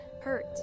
Hurt